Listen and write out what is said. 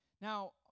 Now